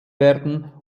werden